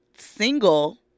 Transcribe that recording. single